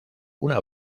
una